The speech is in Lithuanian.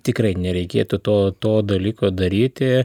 tikrai nereikėtų to to dalyko daryti